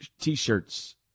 t-shirts